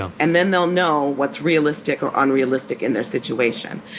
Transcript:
so and then they'll know what's realistic or unrealistic in their situation.